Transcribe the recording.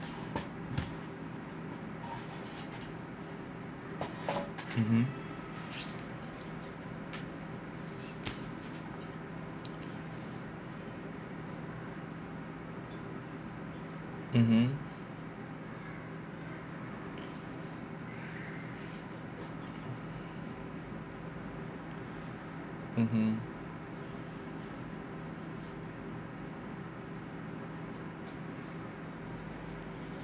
mmhmm mmhmm mmhmm